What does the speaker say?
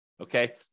Okay